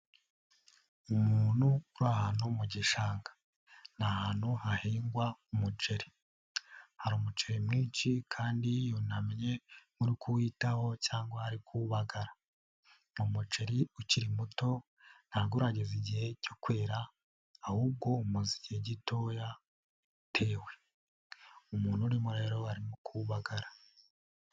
Umuntu uri ahantu mu gishanga. Ni ahantu hahingwa umuceri. Hari umuceri mwinshi kandi yunamye kuwitaho cyangwa ari kuwubagara. Ni umuceri ukiri muto nturageza igihe cyo kwera ahubwo umaze igihe gitoya utewe. Umuntu urimo rero arimo kuwubagara.